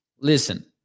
listen